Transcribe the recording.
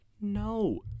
no